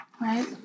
right